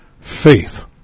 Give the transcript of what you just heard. faith